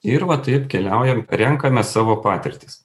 ir va taip keliaujam renkamės savo patirtis